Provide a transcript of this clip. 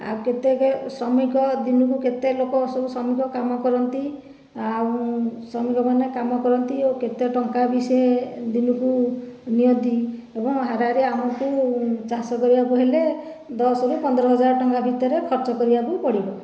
ଆଉ କେତେକ ଶ୍ରମିକ ଦିନକୁ କେତେ ଲୋକ ସବୁ ଶ୍ରମିକ କାମ କରନ୍ତି ଆଉ ଶ୍ରମିକ ମାନେ କାମ କରନ୍ତି ଆଉ କେତେ ଟଙ୍କା ବି ସେ ଦିନକୁ ନିଅନ୍ତି ଏବଂ ହାରାହାରି ଆମକୁ ଚାଷ କରିବାକୁ ହେଲେ ଦଶରୁ ପନ୍ଦର ହଜାର ଟଙ୍କା ଭିତରେ ଖର୍ଚ୍ଚ କରିବାକୁ ପଡ଼ିବ